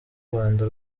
rwanda